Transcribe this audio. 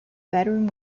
bedroom